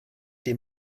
dem